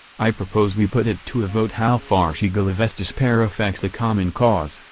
i propose we put it to a vote how far shigalov s despair affects the common cause,